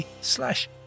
slash